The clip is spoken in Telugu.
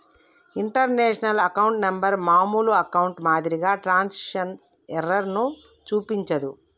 ఇంటర్నేషనల్ అకౌంట్ నెంబర్ మామూలు అకౌంట్లో మాదిరిగా ట్రాన్స్మిషన్ ఎర్రర్ ను చూపించదు